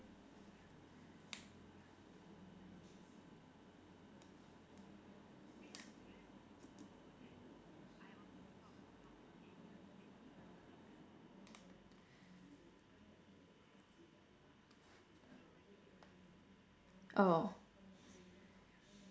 oh